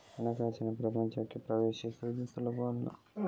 ಹಣಕಾಸಿನ ಪ್ರಪಂಚಕ್ಕೆ ಪ್ರವೇಶಿಸುವುದು ಸುಲಭವಲ್ಲ